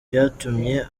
byatumye